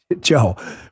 Joe